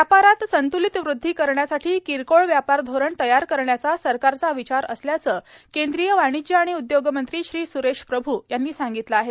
व्यापारात संतुलित वृद्धी करण्यासाठी किरकोळ व्यापार धोरण तयार करण्याचा सरकारचा विचार असल्याचं केंद्रीय वाणिज्य आणि उद्योगमंत्री श्री सुरेश प्रभू यांनी सांगितलं आहे